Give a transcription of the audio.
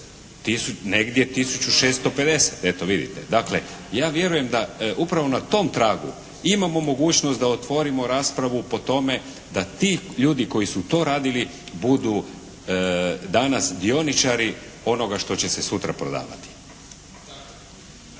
Negdje tisuću 650, eto vidite. Dakle, ja vjerujem da upravo na tom tragu imamo mogućnost da otvorimo raspravu po tome da ti ljudi koji su to radili budu danas dioničari onoga što će se sutra prodavati.